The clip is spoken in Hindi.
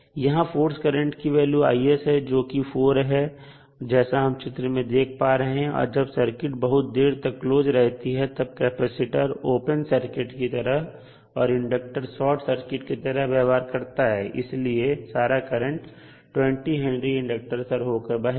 यहां फोर्स करंट की वैल्यू है जो कि 4 है जैसा हम चित्र में देख पा रहे हैं कि जब सर्किट बहुत देर तक क्लोज रहती है तब कैपेसिटर ओपन सर्किट की तरह और इंडक्टर शॉर्ट सर्किट की तरह व्यवहार करता है और इसलिए सारा करंट 20H इंडक्टर से होकर बहेगा